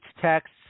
texts